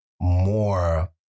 more